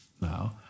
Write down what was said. now